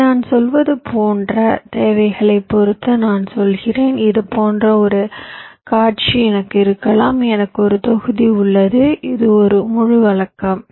இங்கே நான் சொல்வது போன்ற தேவைகளைப் பொறுத்து நான் சொல்கிறேன் இது போன்ற ஒரு காட்சி எனக்கு இருக்கலாம் எனக்கு ஒரு தொகுதி உள்ளது இது ஒரு முழு வழக்கம்